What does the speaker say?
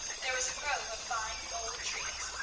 there was a grove of fine old trees,